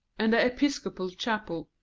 and the episcopal chapel,